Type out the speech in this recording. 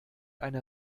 eine